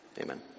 amen